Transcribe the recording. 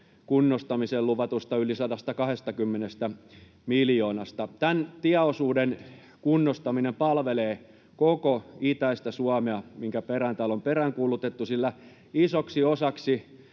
kunnostamiseen luvatusta yli 120 miljoonasta. Tämän tieosuuden kunnostaminen palvelee koko itäistä Suomea, minkä perään täällä on peräänkuulutettu, sillä isoksi osaksi